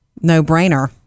no-brainer